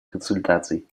консультаций